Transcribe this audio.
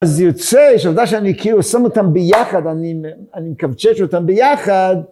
אז יוצא שעובדה שאני כאילו שם אותם ביחד, אני מקבצץ אותם ביחד.